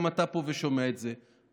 גם אתה פה ושומע את זה,